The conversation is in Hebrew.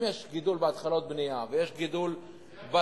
אם יש גידול בהתחלות בנייה ויש גידול בשיווקים,